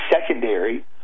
secondary